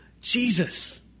Jesus